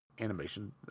animation